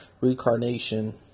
Reincarnation